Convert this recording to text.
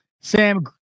Sam